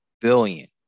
billion